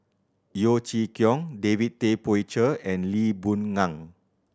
Yeo Chee Kiong David Tay Poey Cher and Lee Boon Ngan